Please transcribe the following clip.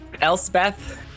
Elspeth